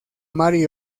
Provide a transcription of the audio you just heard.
mary